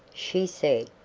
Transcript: she said,